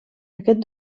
aquest